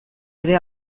ere